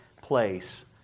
place